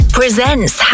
presents